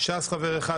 לש"ס חבר אחד,